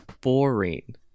boring